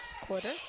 quarter